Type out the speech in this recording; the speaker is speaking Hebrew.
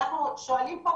אנחנו שואלים פה,